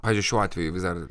ar ir šiuo atveju vis dar